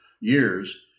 years